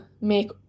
make